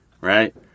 Right